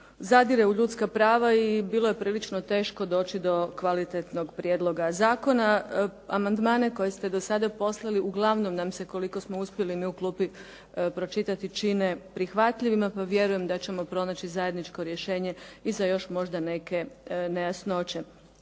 zadire u ljudska prava i bilo je prilično teško doći do kvalitetnog prijedloga zakona. Amandmane koje ste do sada poslali uglavnom nam se koliko smo uspjeli mi u klupi pročitati čine prihvatljivima pa vjerujem da ćemo pronaći zajedničko rješenje i za još možda neke nejasnoće.